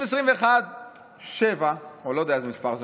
בסעיף 21(7), או לא יודע איזה מספר זה?